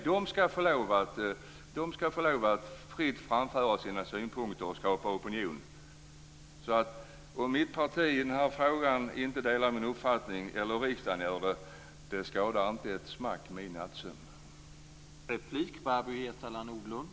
Kommunisterna skall ha rätt att fritt framföra sina synpunkter och skapa opinion. Om mitt parti eller riksdagen inte delar min uppfattning i den här frågan, skadar det inte min nattsömn ett smack.